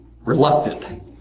Reluctant